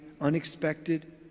unexpected